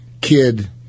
kid